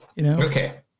Okay